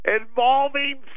involving